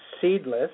seedless